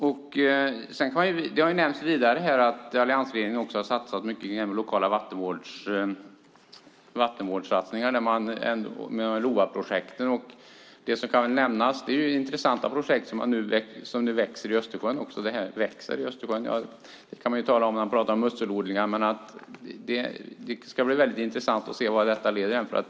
Det har vidare nämnts här att alliansregeringen har satsat mycket genom lokala vattenvårdssatsningar, som LOVA-projektet. Det finns intressanta projekt i Östersjön nu, och det gäller även det som växer i Östersjön. Det är till exempel musselodlingar, och det ska bli väldigt intressant att se vad detta leder till.